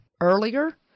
earlier